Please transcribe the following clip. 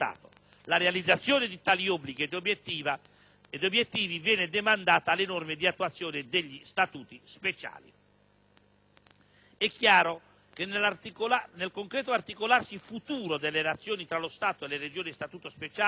La realizzazione di tali obblighi ed obiettivi viene demandata alle norme di attuazione degli Statuti speciali. È chiaro che nel concreto articolarsi futuro delle relazioni tra lo Stato e le Regioni a Statuto speciale